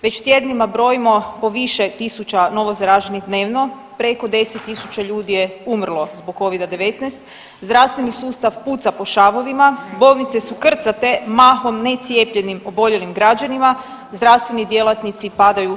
Već tjednima brojimo po više tisuća novozaraženih dnevno, preko 10.000 ljudi je umrlo zbog Covid-19, zdravstveni sustav puca po šavovima, bolnice su krcate mahom necijepljenim oboljelim građanima, zdravstveni djelatnici padaju s nogu.